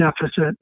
deficit